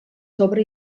sobre